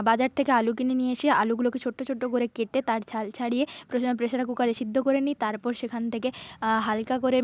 বাজার থেকে আলু কিনে নিয়ে এসে আলুগুলোকে ছোট্টো ছোট্টো করে কেটে তার ছাল ছাড়িয়ে প্রথমে প্রেসার কুকারে সিদ্ধ করে নিই তারপর সেখান থেকে হালকা করে